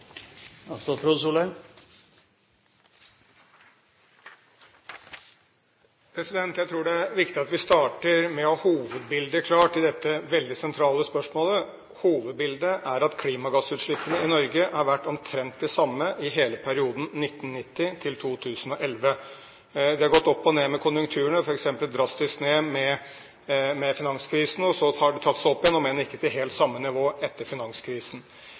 Jeg tror det er viktig at vi starter med å ha hovedbildet klart i dette veldig sentrale spørsmålet. Hovedbildet er at klimagassutslippene i Norge har vært omtrent det samme i hele perioden 1990–2011. Det har gått opp og ned med konjunkturene, f.eks. drastisk ned med finanskrisen, og så har det tatt seg opp igjen, om enn ikke helt til samme nivå etter finanskrisen.